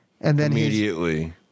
Immediately